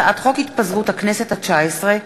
הצעת חוק התפזרות הכנסת התשע-עשרה,